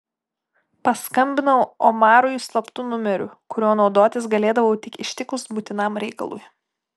paskambinau omarui slaptu numeriu kuriuo naudotis galėdavau tik ištikus būtinam reikalui